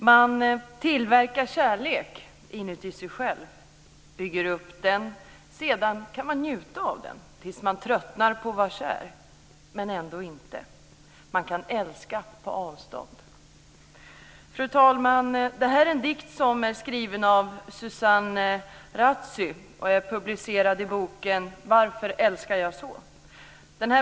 Fru talman! Man tillverkar kärlek inuti sig själv bygger upp den sedan kan man njuta av den tills man tröttnar på att vara kär men ändå inte man kan älska på avstånd. Fru talman! Det här är en dikt som är skriven av Susan Razay och är publicerad i boken Varför älskar jag så?